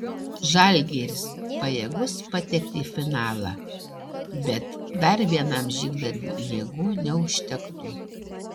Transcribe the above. žalgiris pajėgus patekti į finalą bet dar vienam žygdarbiui jėgų neužtektų